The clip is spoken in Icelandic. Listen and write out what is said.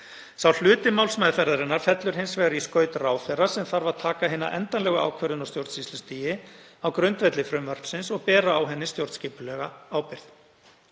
Sá hluti málsmeðferðarinnar fellur í skaut ráðherra sem þarf að taka hina endanlegu ákvörðun á stjórnsýslustigi á grundvelli frumvarpsins og bera á henni stjórnskipulega ábyrgð.